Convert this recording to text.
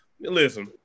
Listen